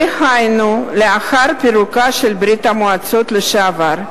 דהיינו לאחר פירוקה של ברית-המועצות לשעבר.